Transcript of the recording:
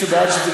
לכן, מי שבעד,